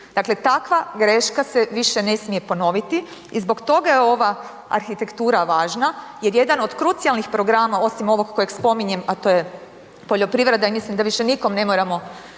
Dakle takva greška se više ne smije ponoviti i zbog toga je ova arhitektura važna jer jedan od krucijalnih programa osim ovog kojeg spominjem a to je poljoprivreda i mislim da više nikom ne moramo